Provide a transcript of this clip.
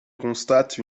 constate